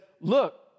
look